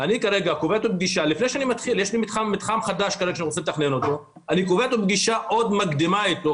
אני חייבת לומר שיש התקדמות מאוד משמעותית.